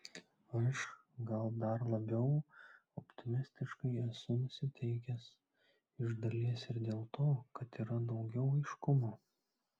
aš gal dar labiau optimistiškai esu nusiteikęs iš dalies ir dėl to kad yra daugiau aiškumo